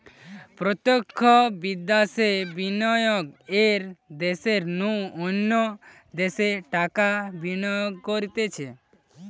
প্রত্যক্ষ বিদ্যাশে বিনিয়োগ এক দ্যাশের নু অন্য দ্যাশে টাকা বিনিয়োগ করতিছে